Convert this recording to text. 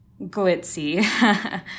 glitzy